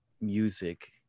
music